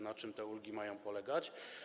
Na czym te ulgi mają polegać?